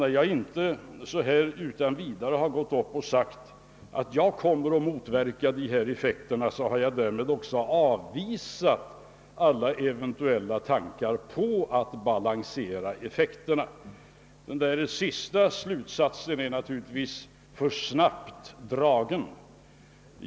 När jag inte så här utan vidare kan säga att jag kommer att motverka effekterna, drar han snabbt slutsatsen att jag därmed har avvisat alla eventuella tankar på att balansera effekterna. Den slutsatsen är naturligtvis för snabbt dragen.